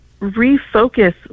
refocus